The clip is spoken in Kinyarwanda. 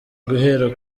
guhera